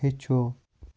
ہیٚچھو